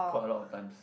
quite a lot of times